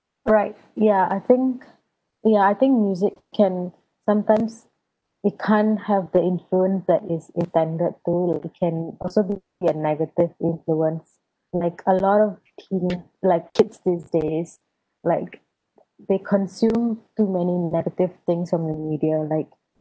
right ya I think ya I think music can sometimes it can't have the influence that is intended to it can also be a negative influence like a lot of things like kids these days like they consume too many negative things from the media like